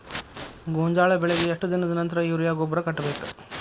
ಗೋಂಜಾಳ ಬೆಳೆಗೆ ಎಷ್ಟ್ ದಿನದ ನಂತರ ಯೂರಿಯಾ ಗೊಬ್ಬರ ಕಟ್ಟಬೇಕ?